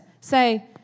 Say